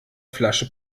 flasche